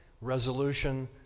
resolution